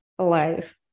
life